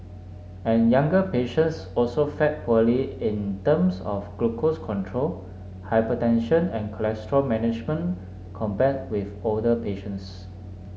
and younger patients also fared poorly in terms of glucose control hypertension and cholesterol management compared with older patients